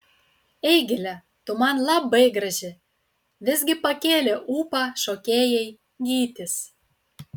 eigile tu man labai graži visgi pakėlė ūpą šokėjai gytis